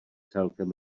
celkem